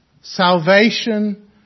salvation